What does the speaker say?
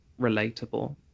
relatable